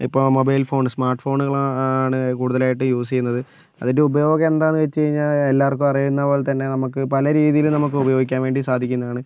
ഇപ്പോൾ mobile phone സ്മാർട്ട്ഫോണുകൾ ആണ് കൂടുതലായിട്ട് യൂസ് ചെയ്യുന്നത് അതിൻ്റെ ഉപയോഗം എന്താണ് വെച്ച് കഴിഞ്ഞാൽ എല്ലാവർക്കും അറിയുന്ന പോലെ തന്നെ നമുക്ക് പല രീതിയിലും നമുക്ക് ഉപയോഗിക്കാൻ വേണ്ടി സാധിക്കുന്നതാണ്